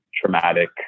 traumatic